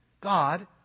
God